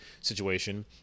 situation